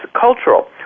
cultural